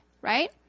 right